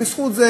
בזכות זה